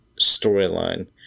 storyline